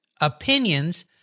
opinions